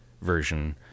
version